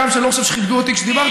הגם שאני לא חושב שכיבדו אותי כשדיברתי,